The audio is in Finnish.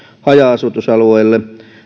haja asutusalueille